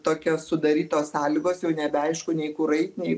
tokios sudarytos sąlygos jau nebeaišku nei kur eit nei